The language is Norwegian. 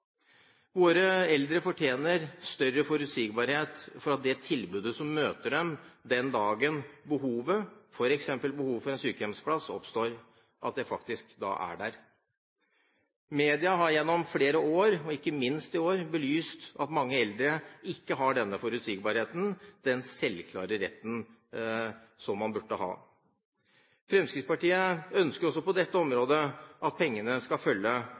Våre eldre fortjener større forutsigbarhet for at tilbudet faktisk er der den dagen behovet for f.eks. en sykehjemsplass oppstår. Media har gjennom flere år, og ikke minst i år, belyst at mange eldre ikke har denne forutsigbarheten, denne selvsagte retten som man burde ha. Fremskrittspartiet ønsker også på dette området at pengene skal følge